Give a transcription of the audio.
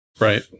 right